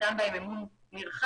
נתן בהם אמון נרחב.